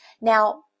Now